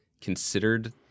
considered